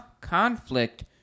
conflict